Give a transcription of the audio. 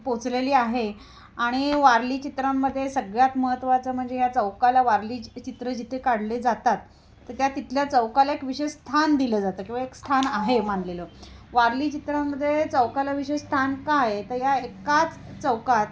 पोचलेली आहे आणि वारली चित्रांमध्ये सगळ्यात महत्त्वाचं म्हणजे ह्या चौकाला वारली चित्र जिथे काढले जातात तर त्या तिथल्या चौकाला एक विशेष स्थान दिलं जातं किंवा एक स्थान आहे मानलेलं वारली चित्रांमध्ये चौकाला विशेष स्थान काय आहे तर या एकाच चौकात